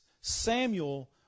Samuel